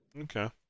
Okay